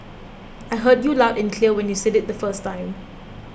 I heard you loud and clear when you said it the first time